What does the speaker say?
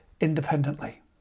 independently